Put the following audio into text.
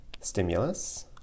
stimulus